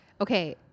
Okay